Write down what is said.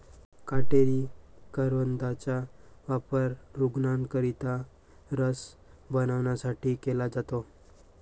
काटेरी करवंदाचा वापर रूग्णांकरिता रस बनवण्यासाठी केला जातो